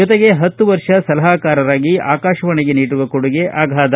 ಜೊತೆಗೆ ಹತ್ತು ವರ್ಷ ಸಲಹಾಕಾರರಾಗಿ ಆಕಾಶವಾಣಿಗೆ ನೀಡಿರುವ ಕೊಡುಗೆ ಅಗಾಧ